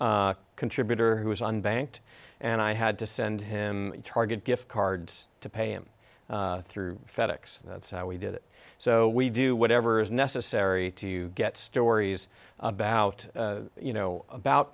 one contributor who is unbanked and i had to send him target gift cards to pay him through fed ex that's how we did it so we do whatever's necessary to get stories about you know about